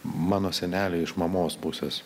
mano seneliai iš mamos pusės